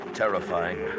terrifying